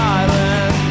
island